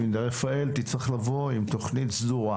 רפאל תצטרך לבוא עם תוכנית סדורה.